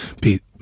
Pete